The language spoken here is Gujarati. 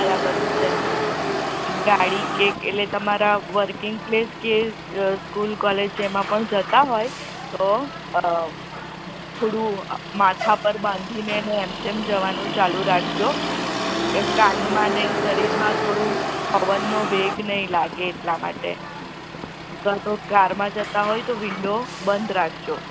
બરાબર છે ગાડી કે કંઈ એટલે તમારા વર્કિંગ પ્લેસ કે સ્કૂલ કોલેજ એમાં પણ જતા હોય તો થોડું માથા પર બાંધીને ને એમ તેમ જવાનું ચાલું રાખજો એ કાનમાં ને શરીરમાં થોડું પવનનો વેગ નહીં લાગે એટલા માટે કાં તો કારમાં જતા હોય તો વિન્ડો બંધ રાખજો